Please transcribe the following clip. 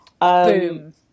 Boom